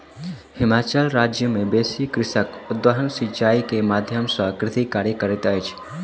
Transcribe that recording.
हिमाचल राज्य मे बेसी कृषक उद्वहन सिचाई के माध्यम सॅ कृषि कार्य करैत अछि